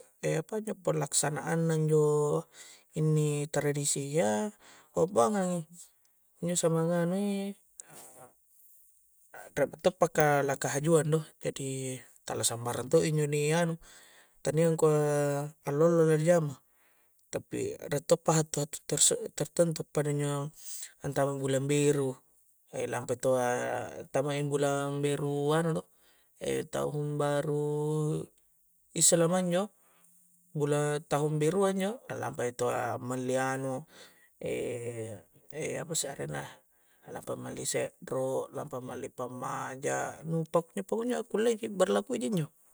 apanjo pelaksanaan na injo inni tradisia bua-bungang i, injo samang nganui riek mentoppa ka lakahajuang do jadi tala sambarang to injo ni anu tania angkua allo-allo la ni jama tapi riek toppa hattu-hattu terse-tertentu pada injo anatama bulang beru lampa taua ntama i bulang beru anu do tahun baru islama injo bulang tahung berua injo la lampai tawwa ammali anu apasse arenna lampa malli sekro lampa malli pammaja nu pakunjo-pakunjo kullei ji berlakui ji injo